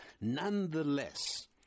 nonetheless